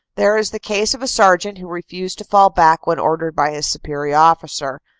there is the case of a sergeant who refused to fall back when ordered by his su perior officer,